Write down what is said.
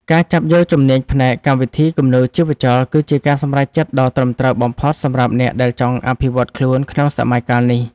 ការចាប់យកជំនាញផ្នែកកម្មវិធីគំនូរជីវចលគឺជាការសម្រេចចិត្តដ៏ត្រឹមត្រូវបំផុតសម្រាប់អ្នកដែលចង់អភិវឌ្ឍខ្លួនក្នុងសម័យកាលនេះ។